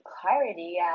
clarity